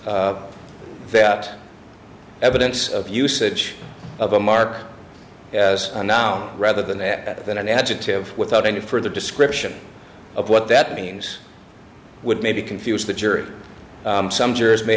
that evidence of usage of a mark as a noun rather than that than an adjective without any further description of what that means would maybe confuse the jury some